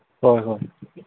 ꯍꯣꯏ ꯍꯣꯏ